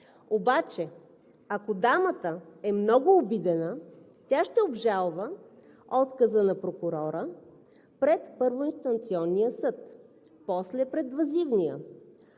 Обаче, ако дамата е много обидена, тя ще обжалва отказа на прокурора пред първоинстанционния съд, после пред въззивния.